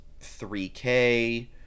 3k